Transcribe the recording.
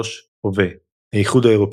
1993–הווה האיחוד האירופי